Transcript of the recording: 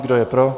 Kdo je pro?